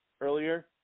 earlier